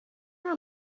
were